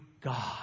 God